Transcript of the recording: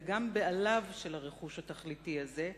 אלא גם בעליו של הרכוש התכליתי הזה,